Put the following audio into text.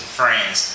friends